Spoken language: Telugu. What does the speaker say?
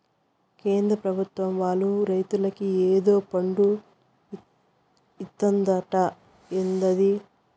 కేంద్ర పెభుత్వం వాళ్ళు రైతులకి ఏదో ఫండు ఇత్తందట ఏందది